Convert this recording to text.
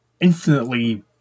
infinitely